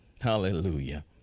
Hallelujah